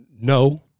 no